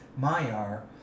Mayar